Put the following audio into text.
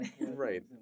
Right